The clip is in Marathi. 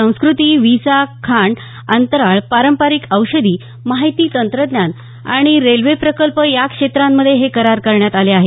संस्कृती व्हिसा खाण अंतराळ पारंपरिक औषधी माहिती तंत्रज्ञान आणि रेल्वे प्रकल्प या क्षेत्रांमध्ये हे करार करण्यात आले आहेत